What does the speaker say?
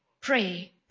Pray